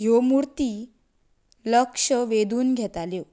ह्यो मुर्ती लक्ष वेधून घेताल्यो